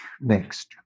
next